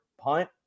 punt